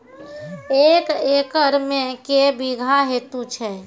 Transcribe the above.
एक एकरऽ मे के बीघा हेतु छै?